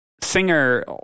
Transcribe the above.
singer